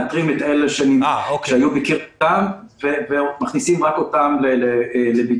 מאתרים את אלה שהיו בקרבתם ומכניסים רק אותם לבידוד.